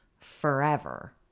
forever